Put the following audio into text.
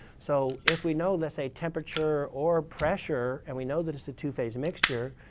so if we know, let's say temperature or pressure, and we know that it's a two-phase mixture,